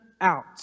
out